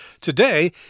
today